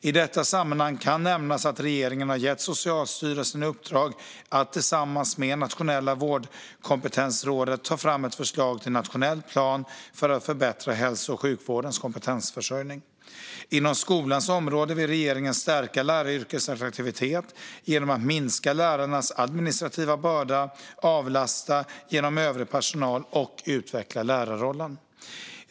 I detta sammanhang kan nämnas att regeringen har gett Socialstyrelsen i uppdrag att tillsammans med Nationella vårdkompetensrådet ta fram ett förslag till nationell plan för att förbättra hälso och sjukvårdens kompetensförsörjning. Inom skolans område vill regeringen stärka läraryrkets attraktivitet genom att minska lärarnas administrativa börda, avlasta genom övrig personal och utveckla lärarrollen.